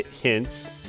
hints